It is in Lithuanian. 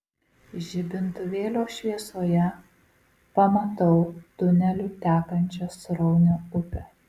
žibintuvėlio šviesoje pamatau tuneliu tekančią sraunią upę